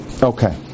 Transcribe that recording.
Okay